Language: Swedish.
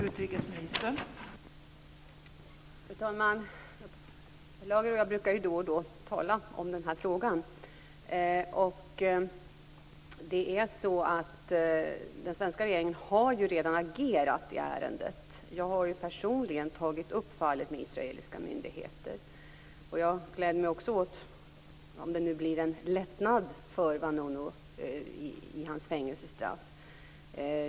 Fru talman! Per Lager och jag brukar då och då tala om den här frågan. Den svenska regeringen har redan agerat i ärendet. Jag har personligen tagit upp fallet med israeliska myndigheter. Jag gläder mig också om det nu blir en lättnad för Vanunu i hans fängelsestraff.